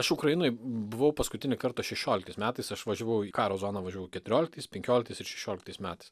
aš ukrainoj buvau paskutinį kartą šešioliktais metais aš važiavau į karo zoną važiavau keturioliktais penkioliktais ir šešioliktais metais